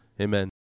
Amen